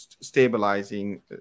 stabilizing